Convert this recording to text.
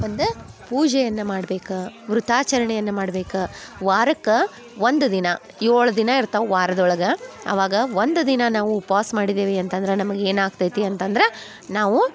ಒಂದು ಪೂಜೆಯನ್ನು ಮಾಡ್ಬೇಕು ವ್ರತಾಚರಣೆಯನ್ನು ಮಾಡ್ಬೇಕು ವಾರಕ್ಕೆ ಒಂದು ದಿನ ಏಳು ದಿನ ಇರ್ತವೆ ವಾರದೊಳಗೆ ಅವಾಗ ಒಂದು ದಿನ ನಾವು ಉಪ್ವಾಸ ಮಾಡಿದೆವು ಅಂತಂದ್ರೆ ನಮಗೆ ಏನು ಆಗ್ತೈತಿ ಅಂತಂದ್ರೆ ನಾವು